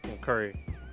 Curry